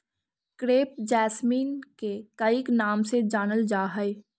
crepe jasmine के कईक नाम से जानलजा हइ